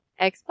Xbox